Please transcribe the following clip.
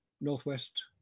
Northwest